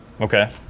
Okay